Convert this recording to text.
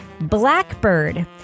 Blackbird